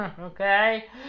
Okay